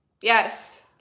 Yes